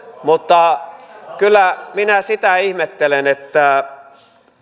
mutta kyllä minä sitä ihmettelen että